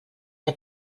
que